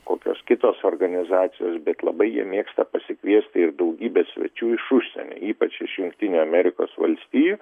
kokios kitos organizacijos bet labai jie mėgsta pasikviesti ir daugybę svečių iš užsienio ypač iš jungtinių amerikos valstijų